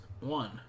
One